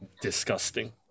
disgusting